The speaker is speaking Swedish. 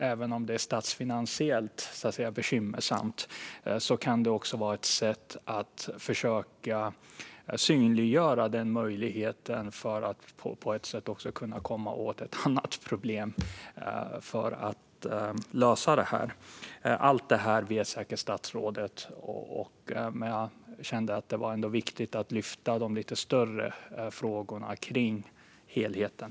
Även om det är statsfinansiellt bekymmersamt är frågan om detta, det vill säga att synliggöra den möjligheten, kan vara ett sätt att komma åt ett annat problem och lösa det. Allt detta vet säkert statsrådet, men jag kände ändå att det var viktigt att lyfta fram de lite större frågorna kring helheten.